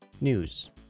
News